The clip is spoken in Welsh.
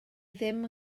ddim